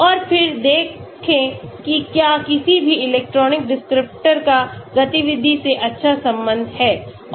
और फिर देखें कि क्या किसी भी इलेक्ट्रॉनिक डिस्क्रिप्टर का गतिविधि से अच्छा संबंध है